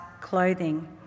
clothing